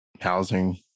Housing